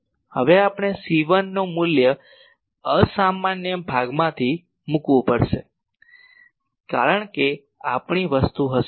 હવે આપણે C1 નું મૂલ્ય અસામાન્ય ભાગમાંથી મૂકવું પડશે અને તે આપણી વસ્તુ હશે